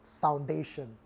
Foundation